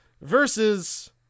Versus